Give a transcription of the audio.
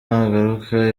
nagaruka